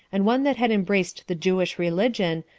and one that had embraced the jewish religion,